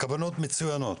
הכוונות מצוינות,